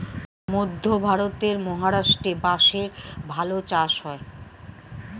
মধ্যে ভারতের মহারাষ্ট্রে বাঁশের ভালো চাষ হয়